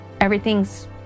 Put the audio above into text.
Everything's